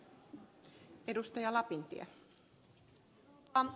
rouva puhemies